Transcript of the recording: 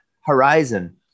horizon